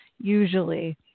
Usually